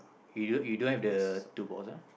you don't you don't have the two box ah